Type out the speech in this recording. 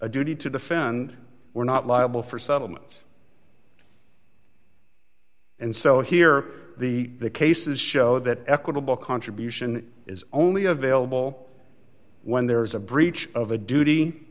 a duty to defend we're not liable for settlements and so here the cases show that equitable contribution is only available when there is a breach of a duty